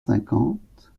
cinquante